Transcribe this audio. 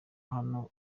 hano